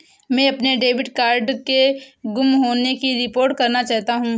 मैं अपने debit card के गुम होने की रिपोर्ट करना चाहता हूँ